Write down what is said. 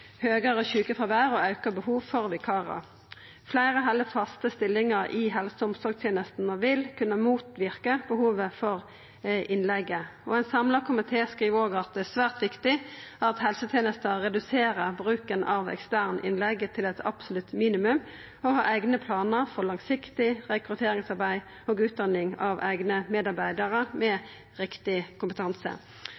helse- og omsorgstenestene vil kunna motverka behovet for innleige. Ein samla komité skriv òg at det er svært viktig at helsetenesta reduserer bruken av ekstern innleige til eit absolutt minimum og har eigne planar for langsiktig rekrutteringsarbeid og utdanning av eigne medarbeidarar med